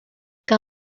que